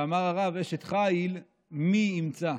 ואמר הרב, "אשת חיל מי ימצא".